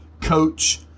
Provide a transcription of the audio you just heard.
coach